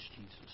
Jesus